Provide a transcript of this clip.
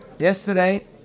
Yesterday